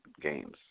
games